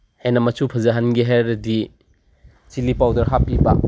ꯍꯦꯟꯅ ꯃꯆꯨ ꯐꯖꯍꯟꯒꯦ ꯍꯥꯏꯔꯗ ꯆꯤꯜꯂꯤ ꯄꯥꯎꯗꯔ ꯍꯥꯞꯄꯤꯕ